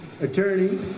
attorney